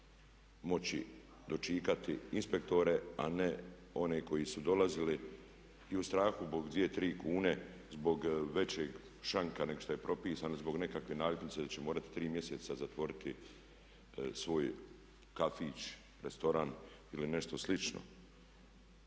moći dočikati inspektore, a ne one koji su dolazili i u strahu zbog dvije, tri kune, zbog većeg šanka nego što je propisano zbog nekakve naljepnice da će morati tri mjeseca zatvoriti svoj kafić, restoran ili nešto slično.